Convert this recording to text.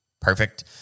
Perfect